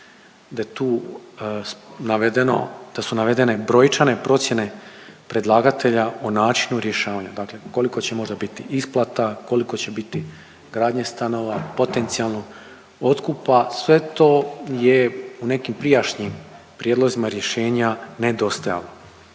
da su navedene brojčane procjene predlagatelja o načinu rješavanja. Dakle koliko će možda biti isplata, koliko će biti gradnje stanova potencijalnog otkupa, sve to je u nekim prijašnjim prijedlozima rješenja nedostajalo.